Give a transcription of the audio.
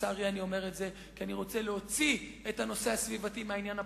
אני רוצה להוציא את הנושא הסביבתי מהעניין הפוליטי,